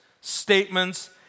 statements